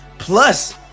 Plus